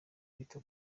bita